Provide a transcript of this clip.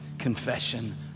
confession